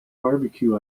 barbecue